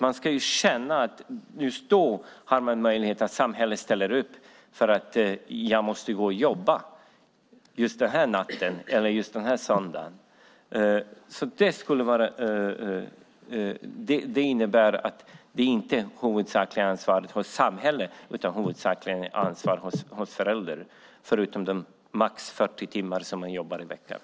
Man ska känna att samhället ställer upp just den natt eller söndag då man måste gå och jobba. Det innebär inte att det huvudsakliga ansvaret ligger på samhället utan det ligger på föräldrarna, förutom de max 40 timmar i veckan då man jobbar.